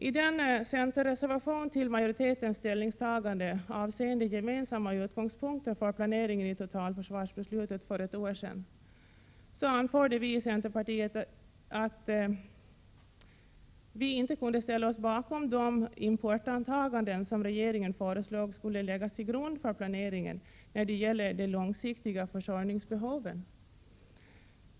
I en centerreservation till majoritetens ställningstagande avseende gemensamma utgångspunkter för planeringen i totalförsvarsbeslutet för ett år sedan anförde vi att centerpartiet inte kunde ställa sig bakom de importantaganden som regeringen föreslog skulle läggas till grund för planeringen när det gäller de långsiktiga försörjningsbehoven.